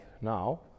now